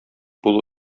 булу